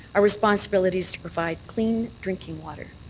our responsibility is to provide clean drinking water.